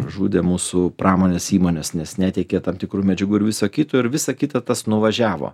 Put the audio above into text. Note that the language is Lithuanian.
žudė mūsų pramonės įmones nes neteikė tam tikrų medžiagų ir viso kito ir visa kita tas nuvažiavo